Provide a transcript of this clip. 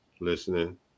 listening